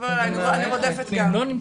זאת אומרת, היא רודפת גם.